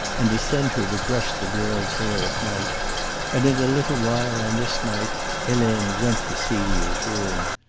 and to send her to brush the girl's hair at night and in a little while on this night helene went to celia's room.